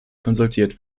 konsultiert